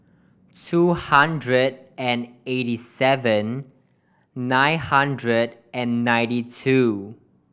two hundred and eighty seven nine hundred and ninety two